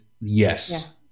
yes